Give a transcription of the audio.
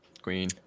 Queen